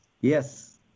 Yes